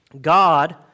God